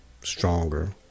stronger